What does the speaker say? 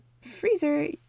freezer